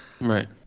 Right